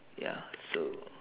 ya so